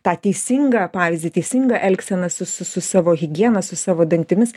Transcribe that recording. tą teisingą pavyzdį teisingą elgseną su su savo higiena su savo dantimis